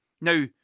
Now